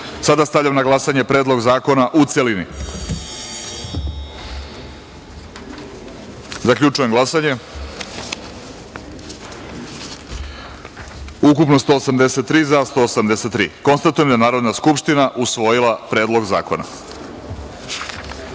stavljam na glasanje Predlog zakona, u celini. Zaključujem glasanje: ukupno – 183, za – 183.Konstatujem da je Narodna skupština usvojila Predlog zakona. Sada